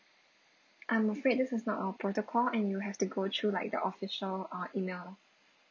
I'm afraid this is not our protocol and you have to go through like the official uh email